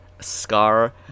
scar